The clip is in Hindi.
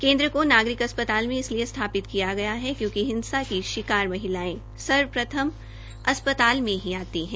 केन्द्र को नागरिक अस्पताल में इसलिए स्थापित किया गया है क्योंकि हिंसा की शिकार महिलायें सर्व प्रथम अस्पताल में ही आती है